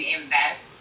invest